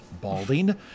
Balding